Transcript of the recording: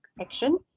action